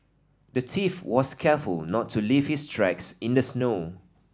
the thief was careful not to leave his tracks in the snow